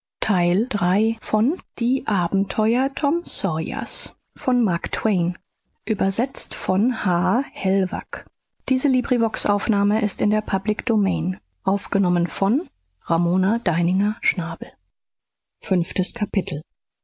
die abenteuer tom sawyers